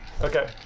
Okay